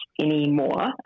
anymore